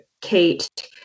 Kate